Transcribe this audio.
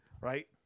Right